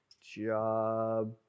job